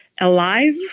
alive